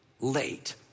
late